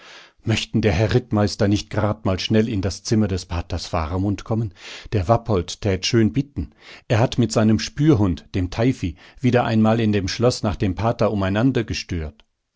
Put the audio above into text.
möchten der herr rittmeister nicht gerad mal schnell in das zimmer des paters faramund kommen der wappolt tät schön bitten er hat mit seinem spürhund dem teifi wieder einmal in dem schloß nach dem pater